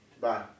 bye